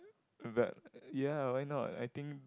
but ya why not I think